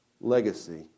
legacy